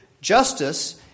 Justice